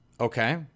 Okay